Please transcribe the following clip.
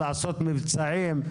לעשות מבצעים,